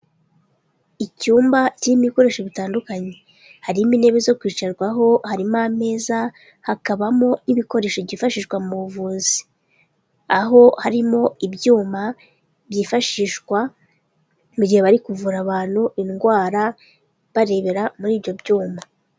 Icyumba kirimo ibikoresho bitandukanye, harimo intebe zo kwicarwaho, harimo ameza, hakabamo n'ibikoresho byifashishwa mu buvuzi, aho harimo ibyuma byifashishwa mu gihe bari kuvura abantu indwara barebera muri ibyo byuma.